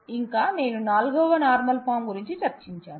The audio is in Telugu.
ఇంకా నేను 4వ నార్మల్ ఫార్మ్ గురించి చర్చించాను